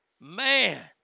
Man